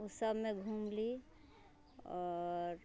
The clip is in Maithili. उ सबमे घुमली आओर